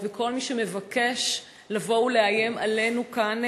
וכל מי שמבקש לבוא ולאיים עלינו כאן,